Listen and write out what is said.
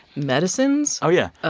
medicines. oh, yeah. ah